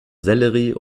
sellerie